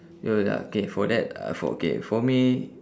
ya ya K for that uh for K for me